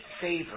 favor